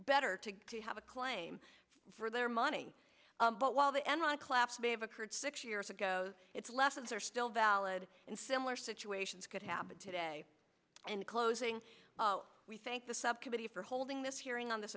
better to have a claim for their money but while the enron collapse may have occurred six years ago its lessons are still valid in similar situations could happen today and closing we thank the subcommittee for holding this hearing on this